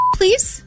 please